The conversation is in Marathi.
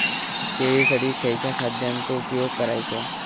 शेळीसाठी खयच्या खाद्यांचो उपयोग करायचो?